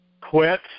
quit